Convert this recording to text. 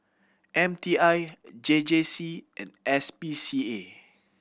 M T I J J C and S P C A